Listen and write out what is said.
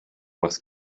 más